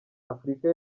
afurika